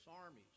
armies